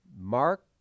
Mark